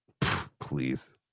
Please